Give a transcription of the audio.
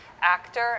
actor